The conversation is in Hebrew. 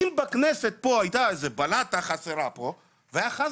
אם פה בכנסת הייתה חסרה איזו בלטה וחבר כנסת היה נופל,